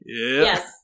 Yes